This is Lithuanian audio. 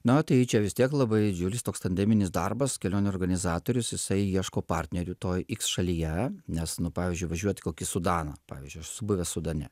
na tai čia vis tiek labai didžiulis toks tandeminis darbas kelionių organizatorius jisai ieško partnerių toj šalyje nes nu pavyzdžiui važiuot į kokį sudaną pavyzdžiui aš buvęs sudane